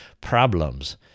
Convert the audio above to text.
problems